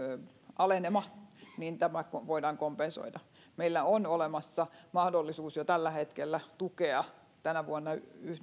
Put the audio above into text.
alenema niin tämä voidaan kompensoida meillä on olemassa mahdollisuus jo tällä hetkellä tukea tänä vuonna